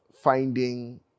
finding